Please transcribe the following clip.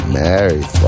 married